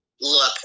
look